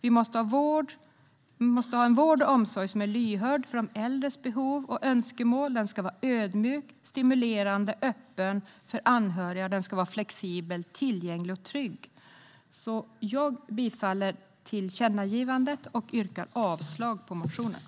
Vi måste ha en vård och omsorg som är lyhörd för de äldres behov och önskemål. Den ska vara ödmjuk, stimulerande, öppen för anhöriga, flexibel, tillgänglig och trygg. Jag yrkar bifall till tillkännagivandet och avslag på motionerna.